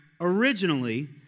originally